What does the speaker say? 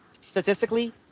statistically